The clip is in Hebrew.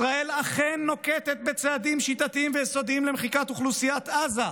ישראל אכן נוקטת בצעדים שיטתיים ויסודיים למחיקת אוכלוסיית עזה,